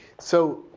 so,